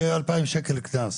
שיהיה 2,000 שקל קנס.